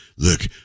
look